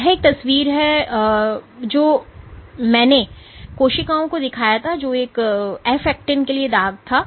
यह एक तस्वीर है जो मैंने पहले कोशिकाओं को दिखाया था जो एक एफ एक्टिन के लिए दाग था